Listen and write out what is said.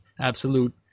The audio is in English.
absolute